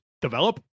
develop